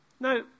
Now